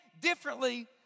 differently